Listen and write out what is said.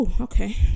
okay